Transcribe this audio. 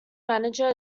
manager